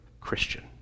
christian